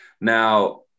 Now